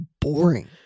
boring